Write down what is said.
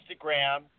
Instagram